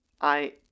I-